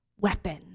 weapon